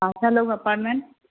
Ashalok apartment